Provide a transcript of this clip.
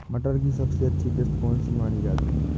मटर की सबसे अच्छी किश्त कौन सी मानी जाती है?